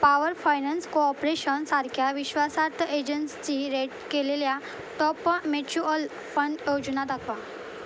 power finance कोऑपरेशनसारख्या विश्वासार्थ एजन्सीची रेट केलेल्या टॉप म्युच्युअल फंड योजना दाखवा